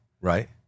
right